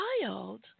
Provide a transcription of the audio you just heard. child